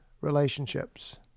relationships